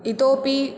इतोपि